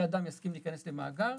כשאדם יסכים להיכנס למאגר,